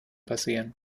passieren